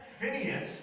Phineas